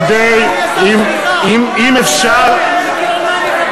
כדי, תסלח לי.